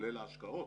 כולל ההשקעות.